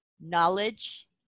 knowledge